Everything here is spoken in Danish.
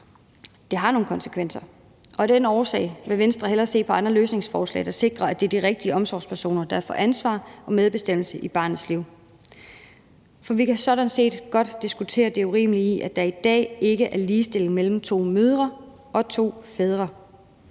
Det har nogle konsekvenser, og af den årsag vil Venstre hellere se på andre løsningsforslag, der sikrer, at det er de rigtige omsorgspersoner, der får ansvar og medbestemmelse i barnets liv. For vi kan sådan set godt diskutere det urimelige i, at der i dag ikke er ligestilling mellem to mødre og to fædre,